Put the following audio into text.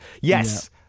Yes